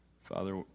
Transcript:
Father